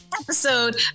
episode